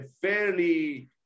fairly